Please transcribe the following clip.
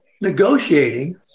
negotiating